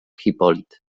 hipolit